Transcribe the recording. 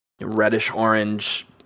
reddish-orange